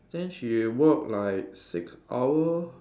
think she work like six hour